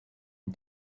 une